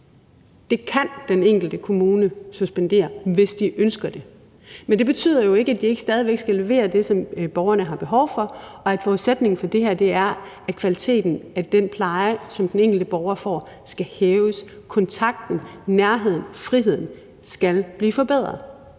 kan den enkelte kommune suspendere, hvis de ønsker det. Men det betyder jo ikke, at de ikke stadig væk skal levere det, som borgerne har behov for, og at forudsætningen for det her er, at kvaliteten af den pleje, som den enkelte borger får, skal hæves; at kontakten, nærheden, friheden skal forbedres.